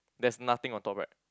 there's nothing on top right